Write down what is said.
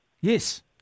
Yes